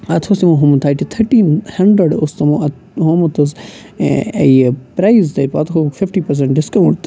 اَتھ اوس تِمو ہوومُت تَتہِ تھٔٹین ہنٛڈرَنٛڑ اوس تِمو اَتھ ہوومُت حظ یہِ پرٛایز تہِ پَتہٕ ہووُکھ فِفٹی پٔرسَنٛٹ ڈِسکاوُںٛٹ